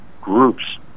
groups